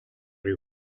riu